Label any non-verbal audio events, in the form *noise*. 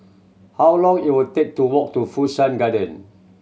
how long *unintelligible* will take to walk to Fu Shan Garden